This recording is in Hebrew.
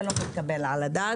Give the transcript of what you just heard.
זה לא מתקבל על הדעת.